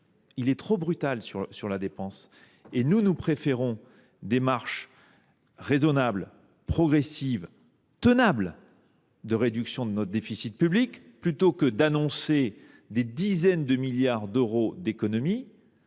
est trop brutal. Nous préférons emprunter des marches raisonnables, progressives et tenables de réduction de notre déficit public plutôt que d’annoncer des dizaines de milliards d’euros d’économies